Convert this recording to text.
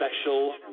special